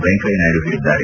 ವೆಂಕಯ್ಕನಾಯ್ಡು ಹೇಳಿದ್ದಾರೆ